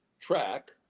track